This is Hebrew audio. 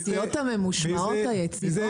בסיעות הממושמעות היציבות?